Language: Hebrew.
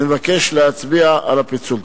אני מבקש להצביע על הפיצול.